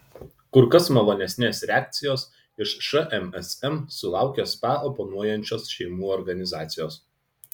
kur kas malonesnės reakcijos iš šmsm sulaukė spa oponuojančios šeimų organizacijos